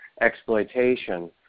exploitation